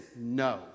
no